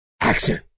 Action